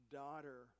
daughter